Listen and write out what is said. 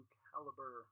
caliber